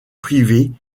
privée